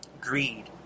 greed